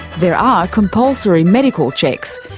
there are compulsory medical checks,